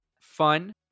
fun